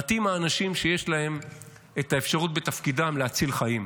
מעטים האנשים שיש להם את האפשרות בתפקידם להציל חיים.